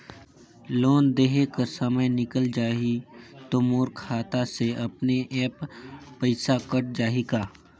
Loan देहे कर समय निकल जाही तो मोर खाता से अपने एप्प पइसा कट जाही का?